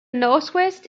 northwest